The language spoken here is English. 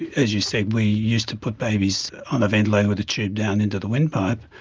as you said, we used to put babies on a ventilator with a tube down into the windpipe.